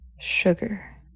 sugar